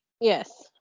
Yes